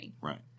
Right